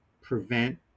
prevent